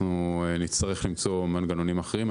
אנחנו נצטרך למצוא מנגנונים אחרים.